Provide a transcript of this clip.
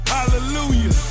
Hallelujah